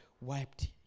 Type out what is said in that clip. wiped